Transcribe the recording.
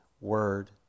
word